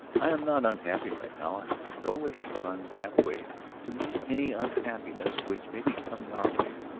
i am not unhappy right now i have no wish to run half-way to meet any unhappiness which may be coming our way.